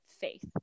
faith